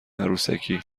عروسکی